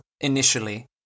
initially